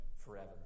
forever